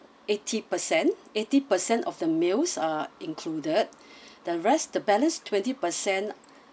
eighty percent eighty percent of the meals are included the rest the balance twenty percent